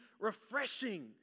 refreshing